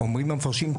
אומרים המפרשים,